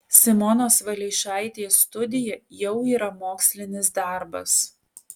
simonos valeišaitės studija jau yra mokslinis darbas